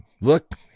Look